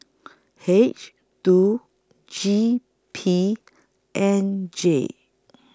H two G P N J